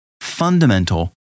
fundamental